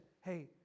hey